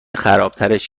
خرابترش